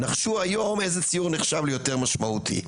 נחשו היום איזה ציור נחשב ליותר משמעותי,